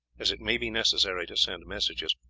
as it may be necessary to send messages,